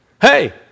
Hey